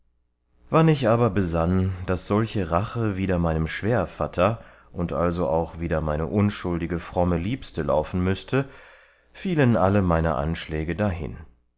wann ich aber besann daß solche rache wider meinem schwährvatter und also auch wider meine unschuldige fromme liebste laufen müßte fielen alle meine anschläge dahin